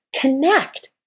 connect